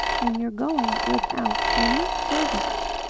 and you're going without any servants,